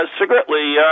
secretly